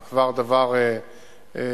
זה כבר דבר משובח,